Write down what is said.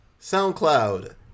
SoundCloud